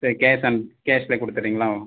சேரி cash on கேஷ்லேயே கொடுத்துறீங்களா